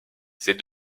ces